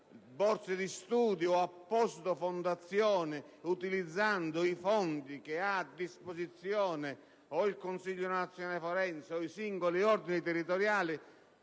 borse di studio o apposite fondazioni, utilizzando i fondi a disposizione o del Consiglio nazionale forense o dei singoli ordini territoriali,